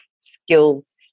skills